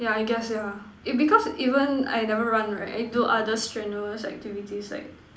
yeah I guess yeah it because even I never run right I do other strenuous activities like